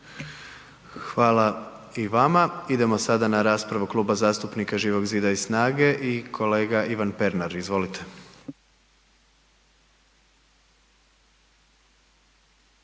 Hvala i vama. Idemo sada na raspravu Kluba zastupnika Živog zida i SNAGA-e i kolega Ivan Pernar, izvolite.